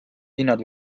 hinnad